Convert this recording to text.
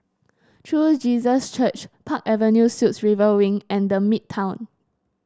True Jesus Church Park Avenue Suites River Wing and The Midtown